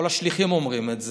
כל השליחים אומרים את זה,